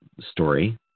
story